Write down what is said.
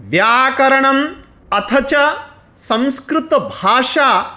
व्याकरणम् अथ च संस्कृतभाषा